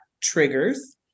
triggers